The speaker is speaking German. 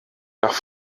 nach